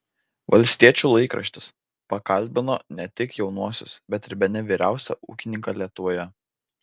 valstiečių laikraštis pakalbino ne tik jaunuosius bet ir bene vyriausią ūkininką lietuvoje